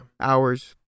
hours